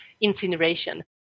incineration